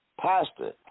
pastor